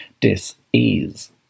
dis-ease